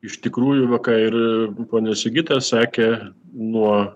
iš tikrųjų va ką ir ponia sigita sakė nuo